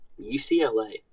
ucla